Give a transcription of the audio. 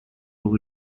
over